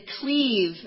cleave